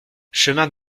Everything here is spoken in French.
chemin